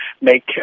make